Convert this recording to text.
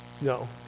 No